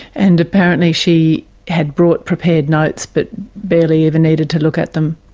and apparently she had brought prepared notes but barely even needed to look at them.